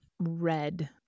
red